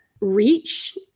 reach